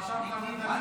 עכשיו אתה ------ לא,